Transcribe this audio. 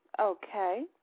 Okay